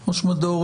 ראשית,